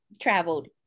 traveled